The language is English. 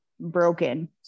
broken